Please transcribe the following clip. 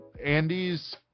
andy's